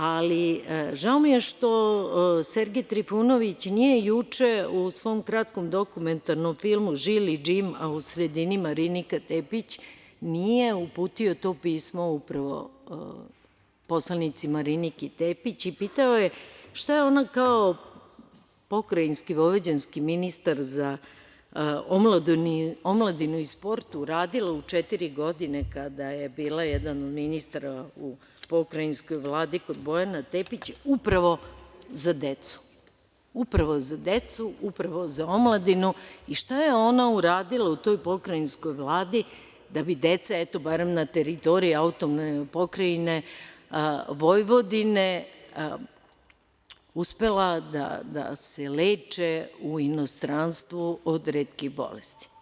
Ali, žao mi je što Sergej Trifunović nije juče u svom kratkom dokumentarnom filmu „Žili Džim“, a u sredini Marinika Tepić, nije uputio to pismo poslanici Marini Tepić i pitao je šta je ona kao pokrajinski vojvođanski ministar za omladinu i sport uradila u četiri godine, kada je bila jedan od ministara u pokrajinskoj Vladi kod Bojana, upravo za decu, upravo za omladinu i šta je uradila u pokrajinskoj vladi da bi deca na teritoriji AP Vojvodine uspela da se leče u inostranstvu o retkih bolesti?